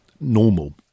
normal